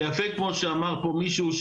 וכמו שאמר פה מישהו,